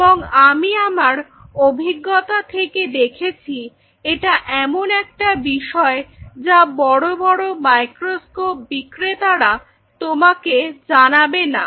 এবং আমি আমার অভিজ্ঞতা থেকে দেখেছি এটা এমন একটা বিষয় যা বড় বড় মাইক্রোস্কোপ বিক্রেতারা তোমাকে জানাবে না